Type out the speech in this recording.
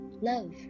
love